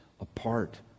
apart